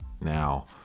Now